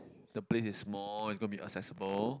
the place is small it's gonna be accessible